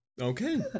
Okay